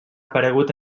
aparegut